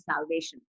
salvation